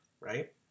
right